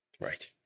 Right